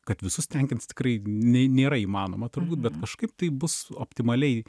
kad visus tenkins tikrai nė nėra įmanoma turbūt bet kažkaip tai bus optimaliai